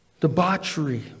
Debauchery